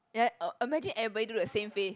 ya uh imagine everybody do the same face